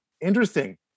Interesting